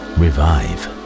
revive